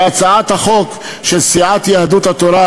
בהצעת החוק של יהדות התורה,